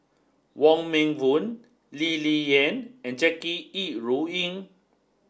Wong Meng Voon Lee Ling Yen and Jackie Yi Ru Ying